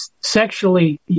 sexually